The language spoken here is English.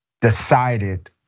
decided